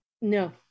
No